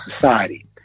society